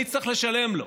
אני אצטרך לשלם לו.